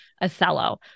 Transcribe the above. Othello